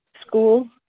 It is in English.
school